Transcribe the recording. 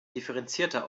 differenzierter